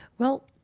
well